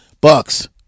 Bucks